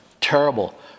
Terrible